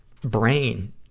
brain